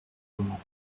moment